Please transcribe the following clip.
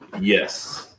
Yes